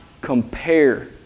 compare